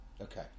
okay